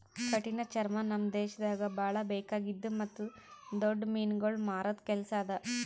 ಕಠಿಣ ಚರ್ಮ ನಮ್ ದೇಶದಾಗ್ ಭಾಳ ಬೇಕಾಗಿದ್ದು ಮತ್ತ್ ದೊಡ್ಡ ಮೀನುಗೊಳ್ ಮಾರದ್ ಕೆಲಸ ಅದಾ